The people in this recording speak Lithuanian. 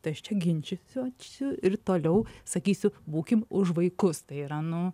tai aš čia ginčysiuosi ir toliau sakysiu būkim už vaikus tai yra nu